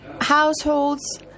Households